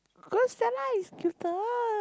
cause Stella is cuter